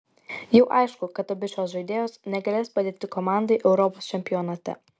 jau aišku kad abi šios žaidėjos negalės padėti komandai europos čempionate